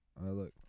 look